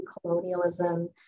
colonialism